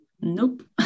Nope